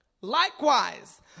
Likewise